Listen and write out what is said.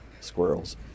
squirrels